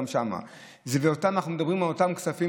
אנחנו מדברים על אותם כספים,